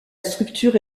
structure